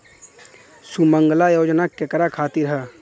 सुमँगला योजना केकरा खातिर ह?